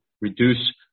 reduce